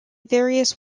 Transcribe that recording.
various